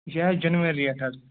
یہِ چھِ یِہَے جینوَن ریٹ حظ